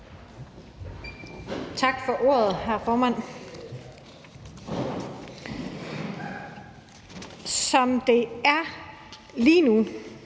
Tak for ordet, hr. formand. Som det er lige nu,